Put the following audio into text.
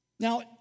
Now